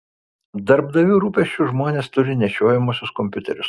darbdavių rūpesčiu žmonės turi nešiojamuosius kompiuterius